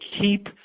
keep